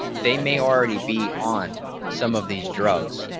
they may already be on some of these drugs.